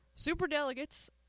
superdelegates